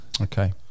Okay